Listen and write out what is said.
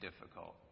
difficult